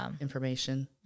information